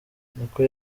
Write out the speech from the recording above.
niko